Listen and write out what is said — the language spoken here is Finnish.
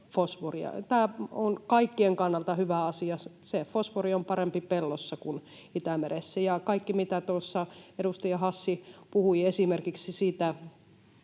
Tämä on kaikkien kannalta hyvä asia. Se fosfori on parempi pellossa kuin Itämeressä. Ja kaikki, mitä